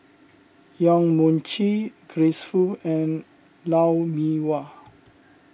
Yong Mun Chee Grace Fu and Lou Mee Wah